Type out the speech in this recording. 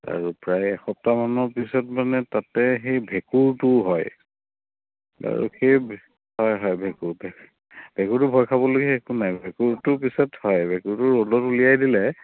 আৰু প্ৰায় এসপ্তাহমানৰ পিছত মানে তাতে সেই ভেঁকুৰটো হয় আৰু সেই হয় হয় ভেঁকুৰ ভে ভেঁকুৰটো ভয় খাবলগীয়া একো নাই ভেঁকুৰটো পিছত হয় ভেঁকুৰটো ৰ'দত উলিয়াই দিলে